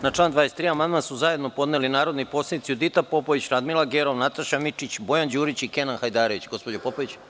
Na član 23. amandman su zajedno podneli narodni poslanici Judita Popović, Radmila Gerov, Nataša Mićić, Bojan Đurić i Kenan Hajdarević.